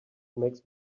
makes